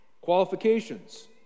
Qualifications